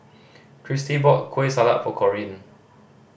Kristy brought Kueh Salat for Corine